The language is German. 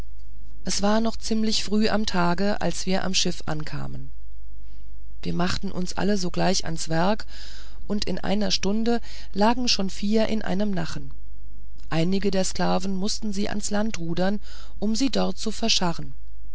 es war noch ziemlich früh am tage als wir beim schiff ankamen wir machten uns alle sogleich ans werk und in einer stunde lagen schon vier in dem nachen einige der sklaven mußten sie ans land rudern um sie dort zu verscharren